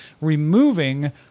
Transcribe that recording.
removing